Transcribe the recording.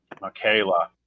Michaela